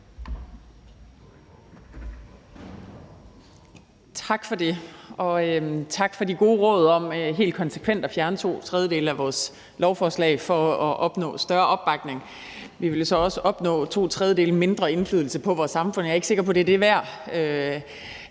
Tak for det, og tak for det gode råd om helt konsekvent at fjerne to tredjedele i vores lovforslag for at opnå større opbakning. Vi ville jo så også opnå to tredjedele mindre indflydelse på vores samfund, og jeg er ikke sikker på, at det er det